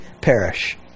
perish